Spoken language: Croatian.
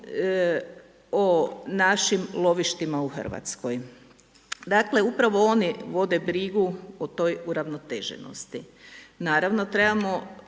o našim lovištima u Hrvatskoj. Dakle upravo oni vode brigu o toj uravnoteženosti. Naravno trebamo